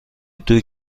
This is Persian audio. دوگ